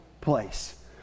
place